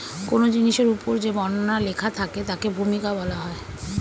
কোন জিনিসের উপর যে বর্ণনা লেখা থাকে তাকে ভূমিকা বলা হয়